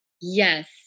Yes